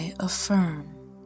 affirm